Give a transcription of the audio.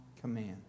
command